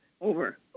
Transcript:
over